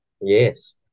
Yes